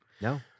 no